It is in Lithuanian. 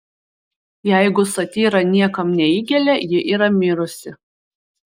jeigu satyra niekam neįgelia ji yra mirusi